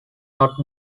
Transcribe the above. not